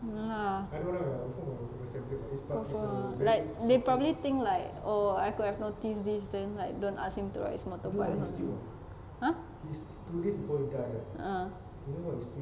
ya confirm like they probably think like oh I could have noticed this then like don't ask him to ride his motorbike !huh! uh